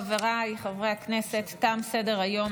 חבריי חברי הכנסת, תם סדר-היום.